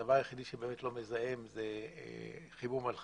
הדבר היחיד שלא מזהם הוא חימום על חשמל,